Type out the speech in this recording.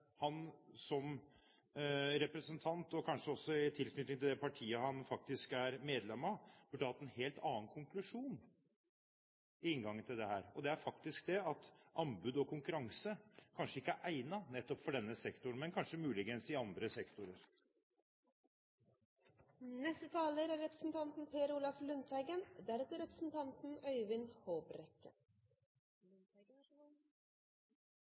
han som representant, og kanskje også det partiet han faktisk er medlem av, burde hatt en helt annen konklusjon i inngangen til dette, og det er at anbud og konkurranse ikke er egnet nettopp for denne sektoren, men kanskje muligens i andre sektorer. Vi har alle forskjellige erfaringer, men for en revejeger er det sterkt å høre representanten